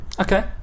Okay